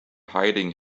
hiding